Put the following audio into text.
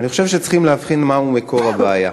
אני חושב שצריך להבחין מהו מקור הבעיה: